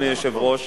אדוני היושב-ראש,